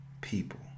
people